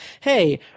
hey